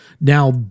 Now